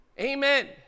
Amen